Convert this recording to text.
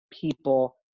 people